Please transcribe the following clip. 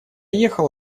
ехал